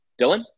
dylan